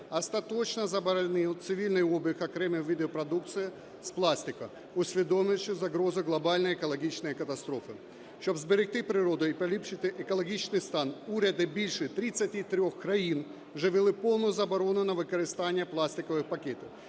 остаточно заборонив цивільний обіг окремих видів продукції з пластику, усвідомлюючи загрози глобальної екологічної катастрофи. Щоб зберегти природу і поліпшити екологічний стан, уряди більше 33 країн вже ввели повну заборону на використання пластикових пакетів,